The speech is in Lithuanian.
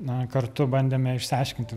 na kartu bandėme išsiaiškinti